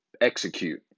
execute